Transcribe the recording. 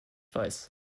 weiß